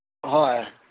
ꯍꯣꯏ